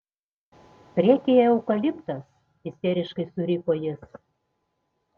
priekyje eukaliptas isteriškai suriko jis